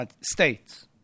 states